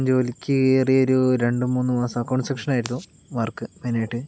ഞാൻ ജോലിക്ക് കയറി ഒരു രണ്ടുമൂന്നു മാസം അക്കൗണ്ട് സെക്ഷൻ ആയിരുന്നു വർക്ക് മെയിനായിട്ട്